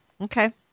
Okay